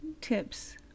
tips